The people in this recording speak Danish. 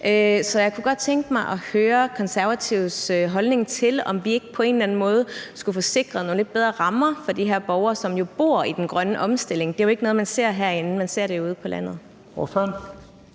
Så jeg kunne godt tænke mig at høre Konservatives holdning til, om vi ikke på en eller anden måde skulle få sikret nogle lidt bedre rammer for de her borgere, som jo bor i den grønne omstilling. Det er jo ikke noget, man ser herinde; man ser det ude på landet.